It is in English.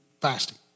fasting